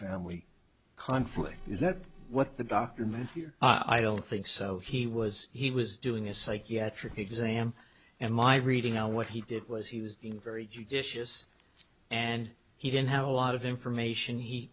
family conflict is that what the document here i don't think so he was he was doing a psychiatric exam and my reading on what he did was he was being very judicious and he didn't have a lot of information he